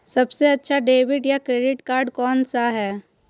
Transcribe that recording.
सबसे अच्छा डेबिट या क्रेडिट कार्ड कौन सा है?